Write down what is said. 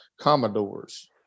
Commodores